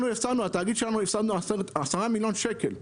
אנחנו הפסדנו, בתאגיד שלנו הפסדנו 10 מיליון שקל,